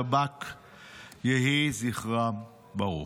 אוקיי, קריאה שנייה.